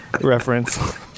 reference